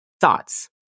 thoughts